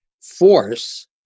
force